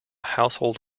household